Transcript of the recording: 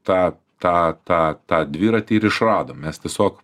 tą tą tą tą dviratį ir išradom mes tiesiog